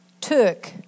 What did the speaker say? took